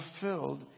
fulfilled